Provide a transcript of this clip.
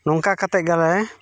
ᱱᱚᱝᱠᱟᱛᱮᱜ ᱜᱮ ᱟᱞᱮ